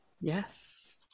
Yes